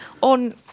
on